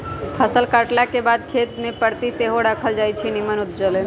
फसल काटलाके बाद खेत कें परति सेहो राखल जाई छै निम्मन उपजा लेल